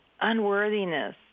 unworthiness